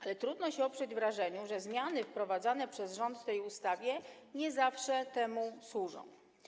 Ale trudno się oprzeć wrażeniu, że zmiany wprowadzane przez rząd w tej ustawie nie zawsze temu służą.